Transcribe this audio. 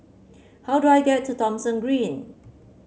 how do I get to Thomson Green